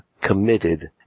committed